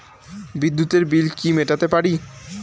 বিদ্যুতের বিল কি মেটাতে পারি?